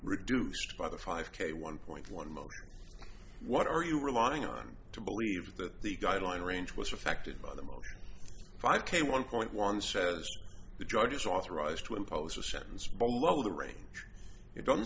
reduced by the five k one point one most what are you relying on to believe that the guideline range was affected by the five k one point one says the judge is authorized to impose a sentence below the range you don't